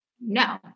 No